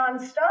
nonstop